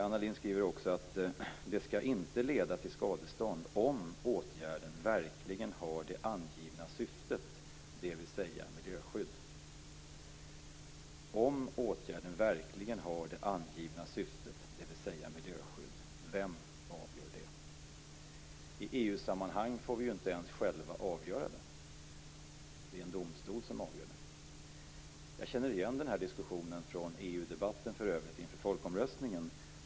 Anna Lindh säger också att det inte skall leda till skadestånd om åtgärden verkligen har det angivna syftet, dvs. miljöskydd. Om åtgärden verkligen har det angivna syftet, dvs. miljöskydd - vem avgör det? I EU-sammanhang får vi inte ens själva avgöra det. Det är en domstol som avgör det. Jag känner igen diskussionen från EU-debatten inför folkomröstningen.